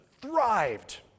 thrived